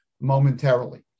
momentarily